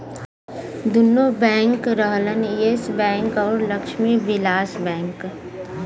दुन्नो बैंक रहलन Yes Bank अउर लक्ष्मी विलास बैंक